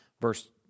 verse